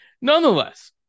Nonetheless